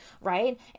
right